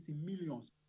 millions